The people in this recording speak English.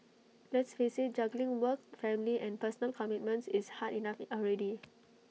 let's face IT juggling work family and personal commitments is hard enough already